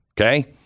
Okay